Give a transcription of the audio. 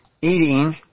eating